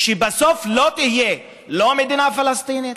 כדי שבסוף לא תהיה לא מדינה פלסטינית,